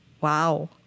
Wow